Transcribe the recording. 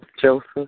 Joseph